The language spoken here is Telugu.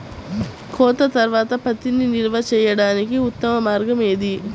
కోత తర్వాత పత్తిని నిల్వ చేయడానికి ఉత్తమ మార్గం ఏది?